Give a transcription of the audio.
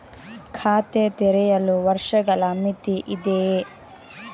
ಖಾತೆ ತೆರೆಯಲು ವರ್ಷಗಳ ಮಿತಿ ಇದೆಯೇ?